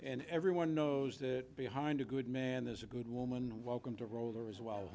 and everyone knows that behind a good man is a good woman and welcome to a role as well